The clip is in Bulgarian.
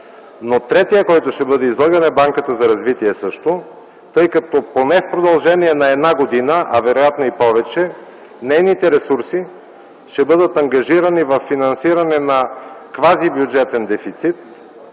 Но третият, който ще бъде излъган, е Банката за развитие също, тъй като поне в продължение на една година, а вероятно и повече, нейните ресурси ще бъдат ангажирани във финансиране на квази бюджетен дефицит,